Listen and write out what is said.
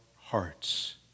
hearts